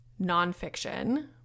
nonfiction